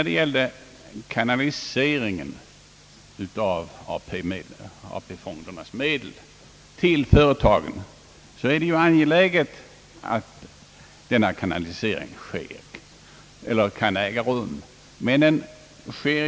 Beträffande kanaliseringen av AP fondernas medel till företagen vill jag säga, att det självfallet är ett angeläget önskemål att denna kanalisering sker. Det är emellertid ingenting nytt.